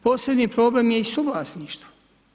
Posebni problem je i suvlasništvo.